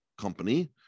company